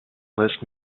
list